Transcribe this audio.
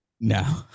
no